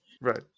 Right